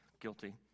Guilty